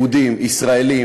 יהודים, ישראלים